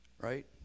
right